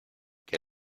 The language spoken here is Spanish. que